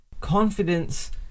confidence